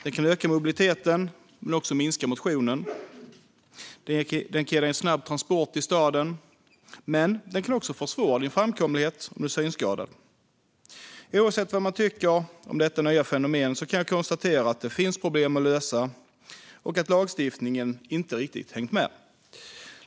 Den kan öka mobiliteten men också minska motionen. Den kan ge dig snabb transport i staden, men den kan också försvåra din framkomlighet om du är synskadad. Oavsett vad man tycker om detta nya fenomen kan jag konstatera att det finns problem att lösa och att lagstiftningen inte riktigt har hängt med.